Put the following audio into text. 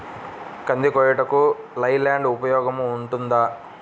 కంది కోయుటకు లై ల్యాండ్ ఉపయోగముగా ఉంటుందా?